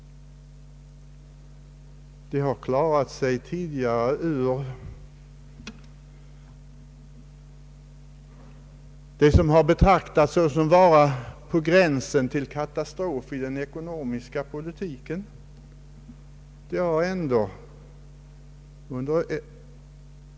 Vi har klarat oss tidigare ur vad som har betraktats såsom varande på gränsen till katastrof i den ekonomiska politiken.